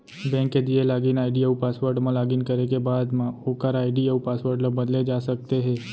bank के दिए लागिन आईडी अउ पासवर्ड म लॉगिन करे के बाद म ओकर आईडी अउ पासवर्ड ल बदले जा सकते हे